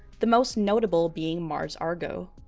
the most notable being mars argo.